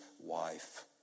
wife